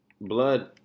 blood